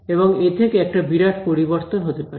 এবং এ থেকে একটা বিরাট পরিবর্তন হতে পারে